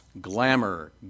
glamour